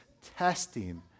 testing